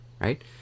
right